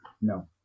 No